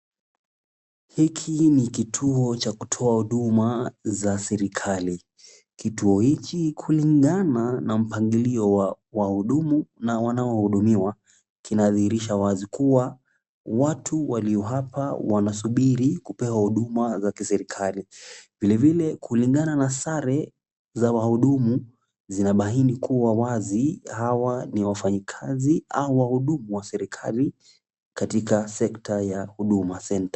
Hiki ni kituo cha kutoa huduma za serikali. Kituo hiki kulingana na mpangilio wa wahudumu na wanaohudumiwa kinadhihirisha wazi kuwa watu walio hapa wanasubiri kupewa huduma za kiserikali. Vilevile kulingana na sare za wahudumu zinabaini kuwa wazi hawa ni wafanyikazi au wahudumu wa serikali katika sekta ya Huduma Centre.